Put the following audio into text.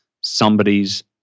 somebody's